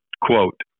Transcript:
Quote